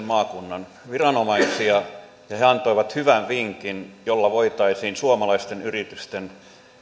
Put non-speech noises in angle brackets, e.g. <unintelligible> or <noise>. <unintelligible> maakunnan viranomaisia ja he antoivat hyvän vinkin jolla voitaisiin suomalaisten yritysten